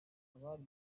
abari